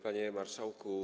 Panie Marszałku!